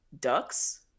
ducks